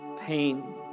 pain